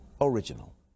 original